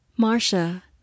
Marcia